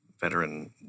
veteran